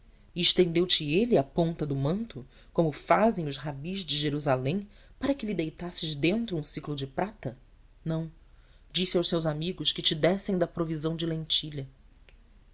e estendeu te ele a ponta do manto como fazem os rabis de jerusalém para que lhe deitasses dentro um ciclo de prata não disse aos seus amigos que te dessem da provisão de lentilha